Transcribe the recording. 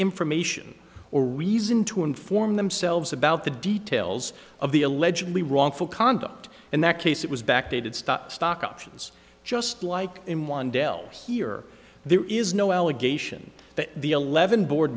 information or reason to inform themselves about the details of the allegedly wrongful conduct in that case it was backdated stock stock options just like in one dell here there is no allegation that the eleven board